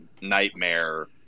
nightmare